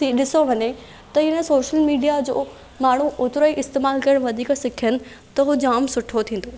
ॾिसो वञे त इन सोशल मीडिया जो माण्हू ओतिरो ई इस्तेमालु करे वधीक सिखियनि त उहो जाम सुठो थींदो